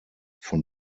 von